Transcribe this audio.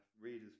Readers